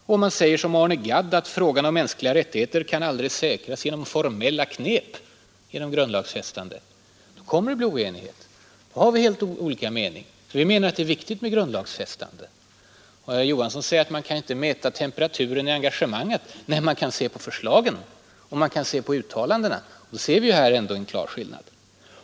Om man säger som Arne Gadd att frågan om mänskliga rättigheter aldrig kan säkras med ”formella knep” såsom grundlagsfästande — då kommer det alltid att bli oenighet. Då har vi helt olika meningar. Vi menar att det är viktigt att skydda grundläggande rättigheter i grundlag. Man kan inte mäta temperaturen i engagemanget, sade herr Johansson också. Nej, men man kan se på förslagen och på uttalandena. Och då finner vi ju att här ändå är en klar skillnad.